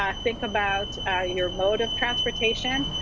ah think about your mode of transportation.